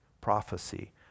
prophecy